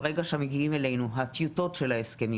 ברגע שמגיעים אלינו הטיוטות של ההסכמים